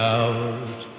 out